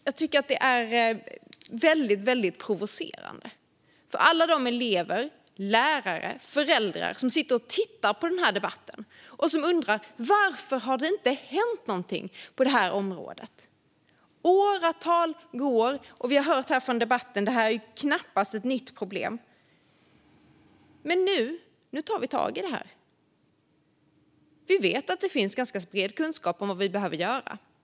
Jag tycker att detta är väldigt provocerande för alla de elever, lärare och föräldrar som tittar på denna debatt och undrar varför det inte har hänt något på detta område. Åren går, och som vi har hört här i debatten är problemet knappast nytt. Men nu tar vi tag i detta. Vi vet att det finns en ganska bred kunskap om vad vi behöver göra.